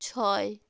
ছয়